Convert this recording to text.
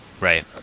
Right